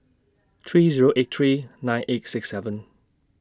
three Zero eight three nine eight six seven